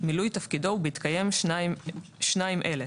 מילוי תפקידו, ובהתקיים שניים אלה: